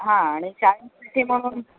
हां आणि शाळेसाठी मग